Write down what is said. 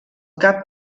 cap